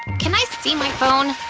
can i see my phone?